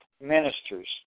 ministers